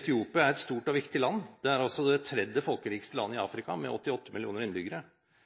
Etiopia er et stort og viktig land. Det er det tredje mest folkerike landet i